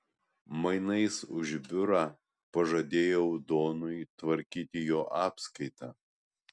mainais už biurą pažadėjau donui tvarkyti jo apskaitą